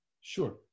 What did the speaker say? Sure